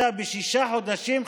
היום בוועדת הכספים,